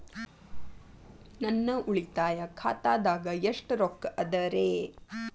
ನನ್ನ ಉಳಿತಾಯ ಖಾತಾದಾಗ ಎಷ್ಟ ರೊಕ್ಕ ಅದ ರೇ?